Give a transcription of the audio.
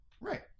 Right